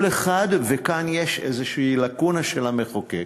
כל אחד, וכאן יש איזו לקונה של המחוקק,